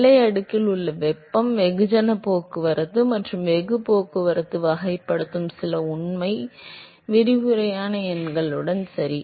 எல்லை அடுக்கில் உள்ள வெப்பம் வெகுஜன போக்குவரத்து மற்றும் வேகப் போக்குவரத்தை வகைப்படுத்தும் சில உண்மையில் விரிவான எண்களுடன் சரி